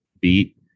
beat